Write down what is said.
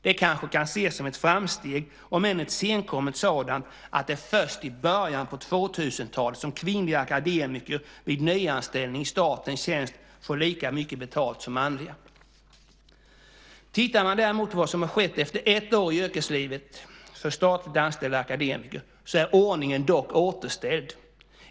Det kanske kan ses som ett framsteg, om än ett senkommet sådant, att det är först i början på tvåtusentalet som kvinnliga akademiker vid nyanställning i statens tjänst får lika mycket betalt som manliga. Tittar man däremot på vad som har skett efter ett år i yrkeslivet för statligt anställda akademiker är ordningen dock återställd.